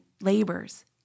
labors